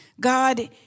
God